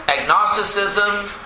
agnosticism